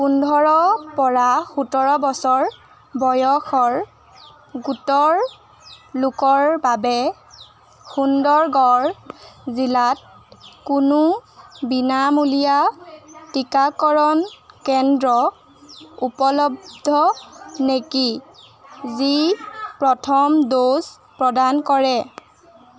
পোন্ধৰ পৰা সোতৰ বছৰ বয়সৰ গোটৰ লোকৰ বাবে সুন্দৰগড় জিলাত কোনো বিনামূলীয়া টীকাকৰণ কেন্দ্ৰ উপলব্ধ নেকি যি প্ৰথম ড'জ প্ৰদান কৰে